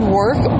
work